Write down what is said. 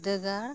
ᱵᱤᱫᱽᱫᱟᱹᱜᱟᱲ